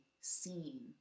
seen